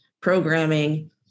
programming